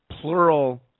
plural